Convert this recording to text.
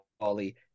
Ollie